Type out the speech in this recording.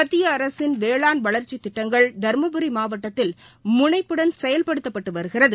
மத்திய அரசின் வேளாண் வளா்ச்சித் திட்டங்கள் தருமபுரி மாவட்டத்தில் முனைப்புடன் செயல்படுத்தப்பட்டு வருகிறது